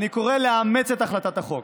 אני קורא לאמץ את הצעת החוק.